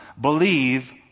Believe